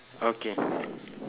okay